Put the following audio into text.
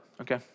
okay